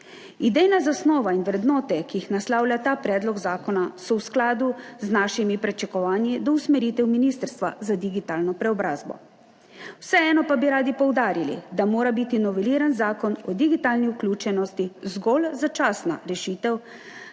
Idejna zasnova in vrednote, ki jih naslavlja ta predlog zakona, so v skladu z našimi pričakovanji do usmeritev Ministrstva za digitalno preobrazbo, vseeno pa bi radi poudarili, da mora biti noveliran Zakon o digitalni vključenosti zgolj začasna rešitev